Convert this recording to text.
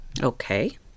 Okay